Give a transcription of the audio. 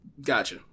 Gotcha